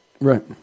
Right